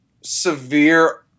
severe